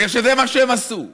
בגלל שזה מה שהם עשו.